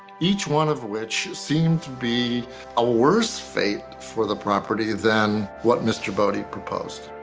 each one of which seemed to be a worse fate for the property than what mr. boddy proposed.